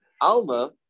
Alma